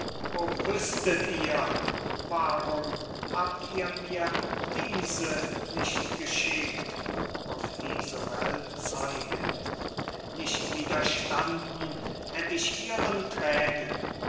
wüßtet ihr warum habt ihr mir diese nicht geschickt auf die sorel zeigend nicht widerstanden hätt ich ihren tränen